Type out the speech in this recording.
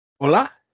Hola